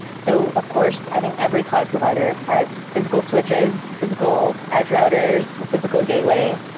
so of course, i think every cloud provider has physical switches, physical edge routers, physical gateway.